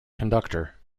conductor